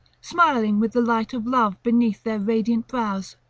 smiling with the light of love beneath their radiant brows.